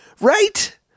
Right